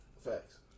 Facts